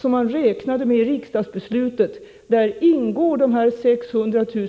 som angavs i riksdagsbeslutet ingår alltså dessa 600 000